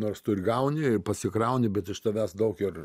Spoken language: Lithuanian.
nors tu ir gauni pasikrauni bet iš tavęs daug ir